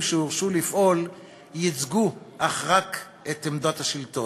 שהורשו לפעול ייצגו אך ורק את עמדת השלטון.